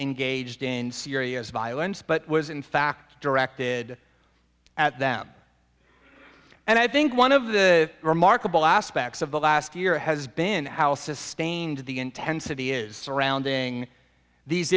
engaged in serious violence but was in fact directed at them and i think one of the remarkable aspects of the last year has been how sustained the intensity is surrounding these